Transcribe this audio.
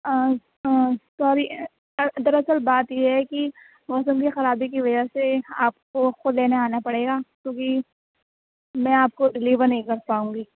sorry دراصل بات یہ ہے کہ موسم کی خرابی کی وجہ سے آپ کو خود لینے آنا پڑے گا کیونکہ میں آپ کو ڈلیور نہیں کر پاؤں گی